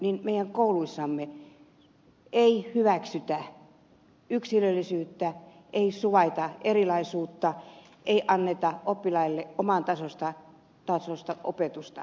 toinen asia meidän kouluissamme ei hyväksytä yksilöllisyyttä ei suvaita erilaisuutta ei anneta oppilaille oman tasoista opetusta